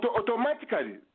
automatically